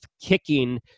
kicking